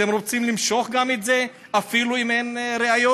אתם רוצים למשוך גם את זה, אפילו אם אין ראיות?